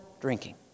drinking